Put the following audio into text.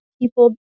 people